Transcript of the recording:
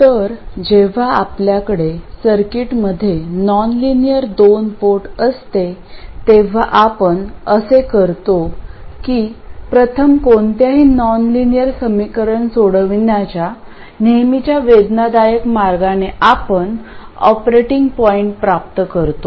तर जेव्हा आपल्याकडे सर्किटमध्ये नॉनलिनियर दोन पोर्ट असते तेव्हा आपण असे करतो की प्रथम कोणत्याही नॉनलिनियर समीकरण सोडवण्याच्या नेहमीच्या वेदनादायक मार्गाने आपण ऑपरेटिंग पॉईंट प्राप्त करतो